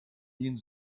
wien